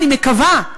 אני מקווה,